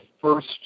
first